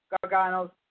Gargano's